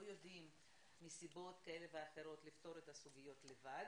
יודעים מסיבות כאלה ואחרות לפתור את הסוגיות לבד.